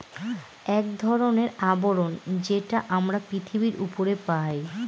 এক ধরনের আবরণ যেটা আমরা পৃথিবীর উপরে পাই